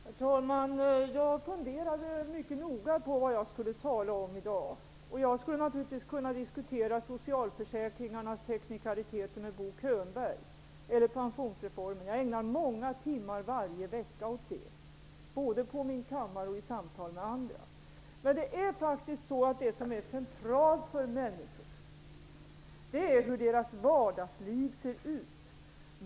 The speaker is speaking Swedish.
Herr talman! Jag funderade över mycket noga vad jag skulle tala om i dag. Jag skulle naturligtvis kunna diskutera socialförsäkringens teknikaliteter med Bo Könberg eller pensionsreformen. Jag ägnar många timmar varje vecka åt det både på min kammare och i samtal med andra. Men det som är centralt för människorna är hur deras vardagsliv ser ut.